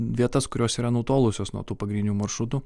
vietas kurios yra nutolusios nuo tų pagrindinių maršrutų